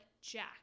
Jack